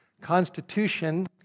Constitution